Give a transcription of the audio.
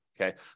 Okay